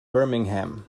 birmingham